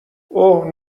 اوه